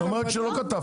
היא אומרת שלא כתבתם.